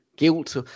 guilt